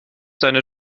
deine